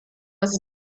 was